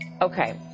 okay